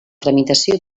tramitació